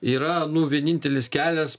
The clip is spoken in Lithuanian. yra nu vienintelis kelias